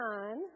on